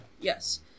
Yes